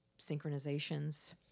synchronizations